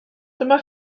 dyma